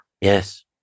Yes